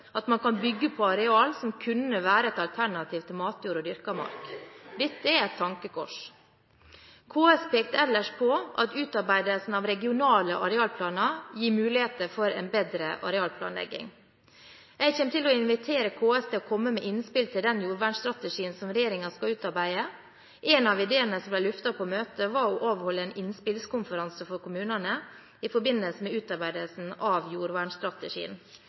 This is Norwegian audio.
at man kan bygge på arealer som kunne være et alternativ til matjord og dyrket mark. Dette er et tankekors. KS pekte ellers på at utarbeidelsen av regionale arealplaner gir muligheter for en bedre arealplanlegging. Jeg kommer til å invitere KS til å komme med innspill til den jordvernstrategien som regjeringen skal utarbeide. En av ideene som ble luftet på møtet, var å avholde en innspillkonferanse for kommunene i forbindelse med utarbeidelsen av jordvernstrategien.